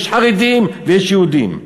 יש חרדים ויש יהודים.